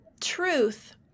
truth